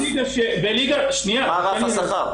מה רף השכר?